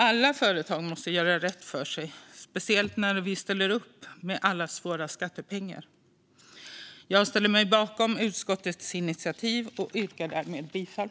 Alla företag måste göra rätt för sig, speciellt när vi ställer upp med allas våra skattepengar. Jag ställer mig bakom utskottets initiativ och yrkar därmed bifall.